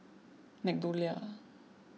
MeadowLea